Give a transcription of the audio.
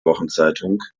wochenzeitung